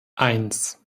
eins